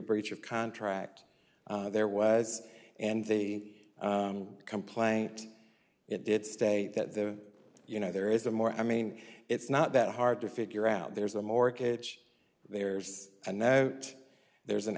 breach of contract there was and the complaint it did state that the you know there is a more i mean it's not that hard to figure out there's a mortgage there's a note there's an